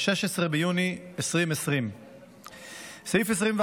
ב-16 ביוני 2020. סעיף 24(א)